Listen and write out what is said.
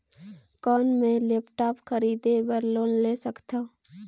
कौन मैं लेपटॉप खरीदे बर लोन ले सकथव?